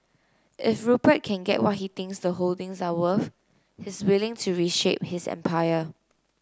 if Rupert can get what he thinks the holdings are worth he's willing to reshape his empire